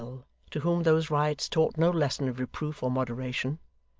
to whom those riots taught no lesson of reproof or moderation,